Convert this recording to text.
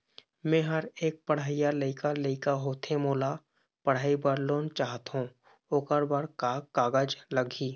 मेहर एक पढ़इया लइका लइका होथे मोला पढ़ई बर लोन चाहथों ओकर बर का का कागज लगही?